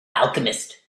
alchemist